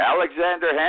Alexander